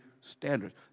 standards